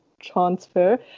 transfer